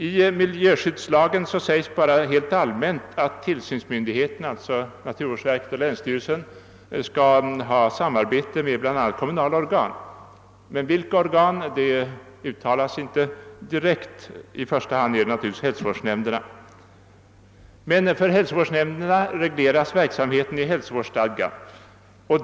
I miljöskyddslagen sägs bara helt allmänt att tillsynsmyndigheterna, alltså naturvårdsverket och =: länsstyrelsen, skall ha samarbete med bl.a. kommunala organ, men vilka organ utsägs inte direkt. I första hand gäller det naturligtvis hälsovårdsnämnderna. Men för hälsovårdsnämnderna regleras verksamheten i hälsovårdsstadgan.